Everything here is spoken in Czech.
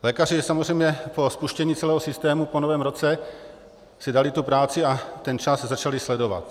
Lékaři samozřejmě po spuštění celého systému po novém roce si dali tu práci a ten čas začali sledovat.